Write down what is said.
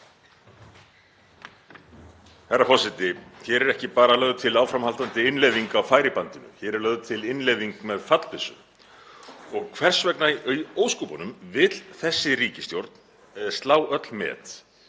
Hér er ekki bara lögð til áframhaldandi innleiðing á færibandinu, hér er lögð til innleiðing með fallbyssu. Hvers vegna í ósköpunum vill þessi ríkisstjórn slá öll met